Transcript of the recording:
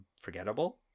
forgettable